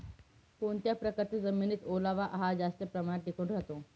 कोणत्या प्रकारच्या जमिनीत ओलावा हा जास्त प्रमाणात टिकून राहतो?